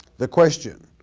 the question,